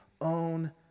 own